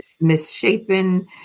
misshapen